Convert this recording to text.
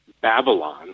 Babylon